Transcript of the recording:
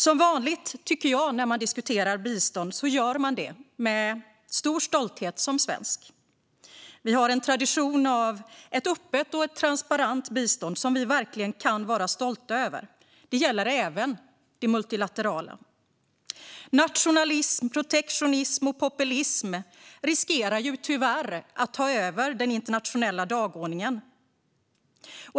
Som vanligt, tycker jag, när man diskuterar bistånd gör man det som svensk med stor stolthet. Vi har en tradition av ett öppet och transparent bistånd som vi verkligen kan vara stolta över. Det gäller även det multilaterala. Nationalism, protektionism och populism riskerar tyvärr att ta över den internationella dagordningen.